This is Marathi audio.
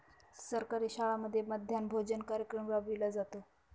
सरकारी शाळांमध्ये मध्यान्ह भोजन कार्यक्रम राबविला जातो